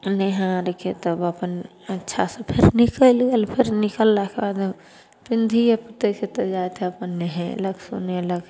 आ नहा आरके तब अपन अच्छा से फेर निकलि गेल फेर निकललाके बाद फिर धिए पूतेके तऽ जाइत हइ अपन नहेलक सुनेलक